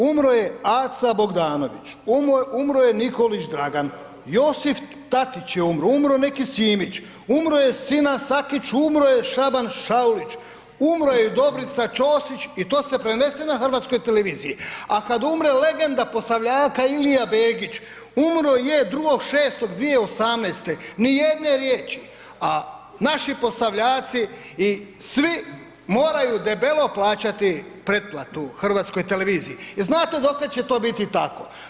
Umro je Aca Bogdanović, umro je Nikolić Dragan, Josif Tatić je umro, umro je neki Simić, umro je Sinan Sakić, umro je Šaban Šaulić, umro je i Dobrica Čosić i to se prenese na HRT-u a kad umre legenda Posavljaka Ilija Begić, umro je 2. 6. 2018., nijedne riječi a naši Posavljaci i svi moraju debelo plaćati pretplatu HRT-u, znate dokle će to biti tako?